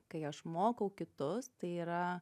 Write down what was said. kai aš mokau kitus tai yra